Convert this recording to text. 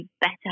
better